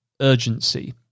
urgency